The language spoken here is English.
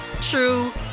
true